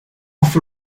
off